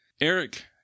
Eric